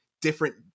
different